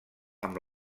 amb